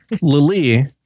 Lily